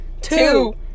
two